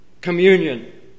communion